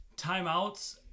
timeouts